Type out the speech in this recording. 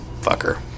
fucker